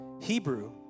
Hebrew